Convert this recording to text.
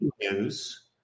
news